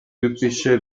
typische